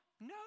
No